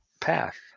path